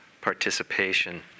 participation